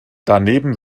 daneben